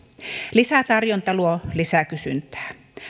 lisätarjonta luo lisäkysyntää